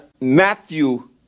Matthew